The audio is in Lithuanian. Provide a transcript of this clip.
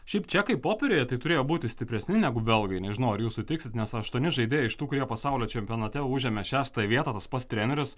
šiaip čekai popieriuje tai turėjo būti stipresni negu belgai nežinau ar jūs sutiksit nes aštuoni žaidėjai iš tų kurie pasaulio čempionate užėmė šeštąją vietą tas pats treneris